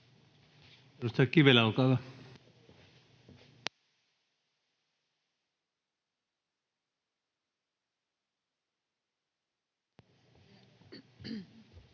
Kiitos,